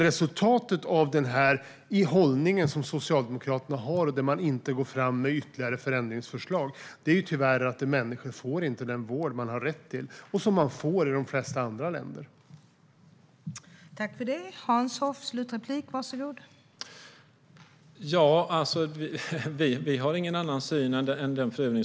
Resultatet av den hållning som Socialdemokraterna har blir att man inte går fram med ytterligare förändringsförslag, och därför får människor tyvärr inte den vård som de har rätt till och som människor i de flesta andra länder får.